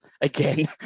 again